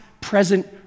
present